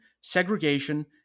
segregation